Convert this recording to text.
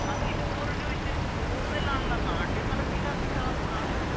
അത് ഇരുന്നൂറ് രൂപ ഇച്ചിരി കൂടുതലാണല്ലോ നാട്ടിൽ നടപ്പില്ലാത്ത ചാർജ് ആണല്ലോ അത്